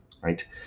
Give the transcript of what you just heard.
right